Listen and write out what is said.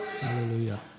Hallelujah